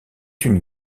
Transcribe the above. une